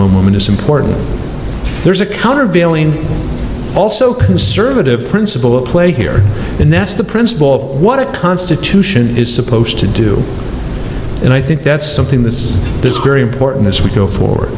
woman it's important there's a countervailing also conservative principle of play here and that's the principle of what it constitution is supposed to do and i think that's something that's very important as we go for